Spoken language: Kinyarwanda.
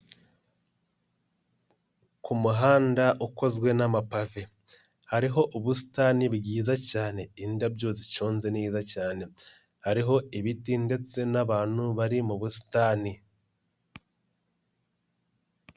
Ku muhanda ukozwe n'amapave hariho ubusitani bwiza cyane indabyo ziconze neza cyane hariho ibiti ndetse n'abantu bari mu busitani.